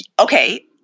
Okay